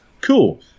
Cool